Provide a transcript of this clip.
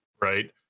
right